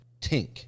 Tink